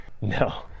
No